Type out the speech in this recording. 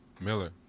Miller